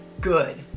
good